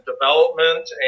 development